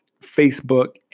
Facebook